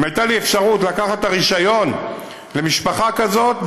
אם הייתה לי אפשרות לקחת את הרישיון למשפחה כזאת,